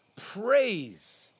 praise